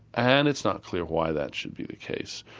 and it's not clear why that should be the case.